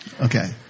Okay